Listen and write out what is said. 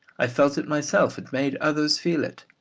i felt it myself, and made others feel it.